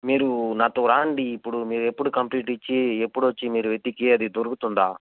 మీరు నాతో రాండి ఇప్పుడు మీరెప్పుడు కంప్లయింట్ ఇచ్చి ఎప్పుడొచ్చి మీరు వెతికి అది దొరుకుతుందా